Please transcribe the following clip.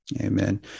Amen